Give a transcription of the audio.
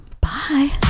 Bye